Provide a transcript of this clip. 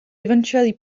eventually